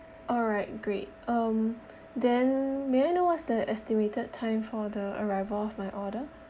alright great um then may I know what's the estimated time for the arrival of my order